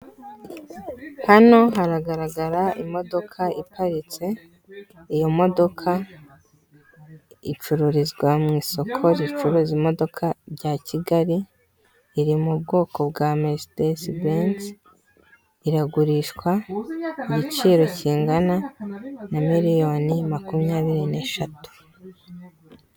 Hano haragaragara imodoka iparitse, iyo modoka icururizwa mu isoko ricuruza imodoka rya Kigali iri mu bwoko bwa mesidesi benzi iragurishwa ku giciro kingana na miriyoni makumyabiri n'eshatu.